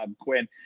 Quinn